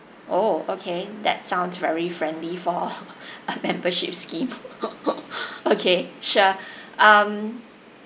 oh okay that sounds very friendly for a membership scheme okay sure um